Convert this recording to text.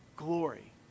Glory